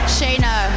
Shayna